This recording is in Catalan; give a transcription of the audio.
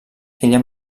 ella